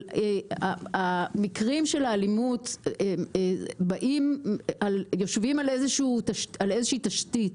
אבל המקרים של האלימות יושבים על איזושהי תשתית,